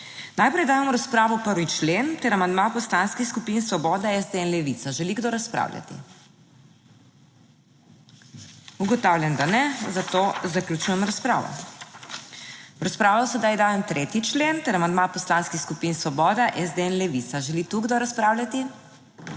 Najprej dajem v razpravo 1. člen ter amandma Poslanskih skupin Svoboda, SD in Levica. Želi kdo razpravljati? (Ne.) Ugotavljam, da ne, zato zaključujem razpravo. V razpravo sedaj dajem 3. člen ter amandma Poslanskih skupin Svoboda, SD in Levica. Želi kdo razpravljati?